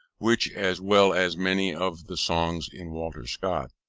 which, as well as many of the songs in walter scott,